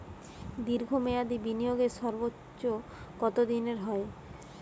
দীর্ঘ মেয়াদি বিনিয়োগের সর্বোচ্চ কত দিনের হয়?